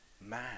Man